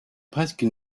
presque